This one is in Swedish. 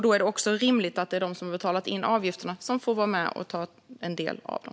Då är det också rimligt att de som har betalat in avgifterna får vara med och ta del av dem.